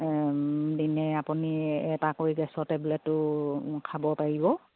দিনে আপুনি এটা কৰি গেছৰ টেবলেটটো খাব পাৰিব